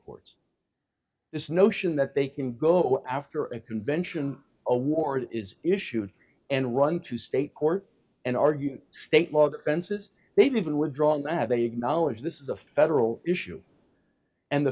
courts this notion that they can go after a convention a warrant is issued and run to state court and argue state law that fences they've even were drawn that have a knowledge this is a federal issue and the